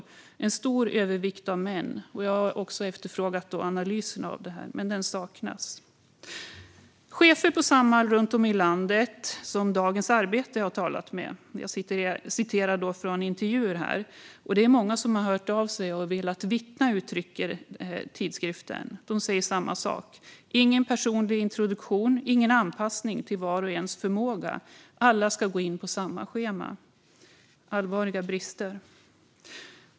Det är en stor övervikt av män, och jag har efterfrågat en analys av detta, men den saknas. Dagens Arbete har talat med chefer på Samhall runt om i landet. Jag ska citera från intervjuer. Det är många som har hört av sig och velat vittna, uttrycker tidskriften. De säger samma sak. Det är ingen personlig introduktion. Det är ingen anpassning till vars och ens förmåga. Alla ska gå in på samma schema. Det är allvarliga brister.